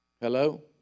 Hello